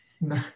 No